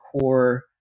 core